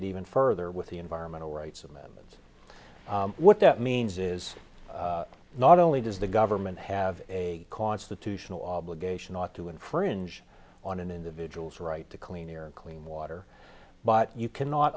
it even further with the environmental rights amendment what that means is not only does the government have a constitutional obligation not to infringe on an individual's right to clean air and clean water but you cannot